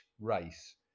race